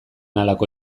halako